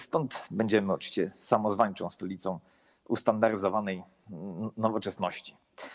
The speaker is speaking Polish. Stąd będziemy oczywiście samozwańczą stolicą ustandaryzowanej nowoczesności.